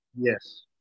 Yes